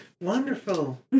Wonderful